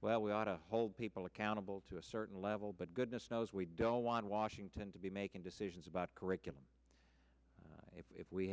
well we ought to hold people accountable to a certain level but goodness knows we don't want washington to be making decisions about curriculum